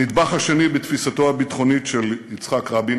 הנדבך השני בתפיסתו הביטחונית של יצחק רבין